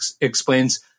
explains